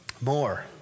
More